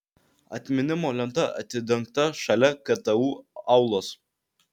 atminimo lenta atidengta šalia ktu aulos